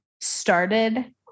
started